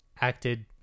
acted